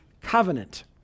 Covenant